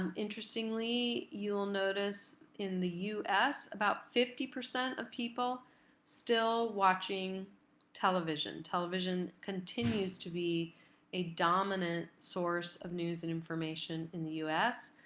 um interestingly, you'll notice in the us, about fifty percent of people still watching television. television continues to be a dominant source of news and information in the us.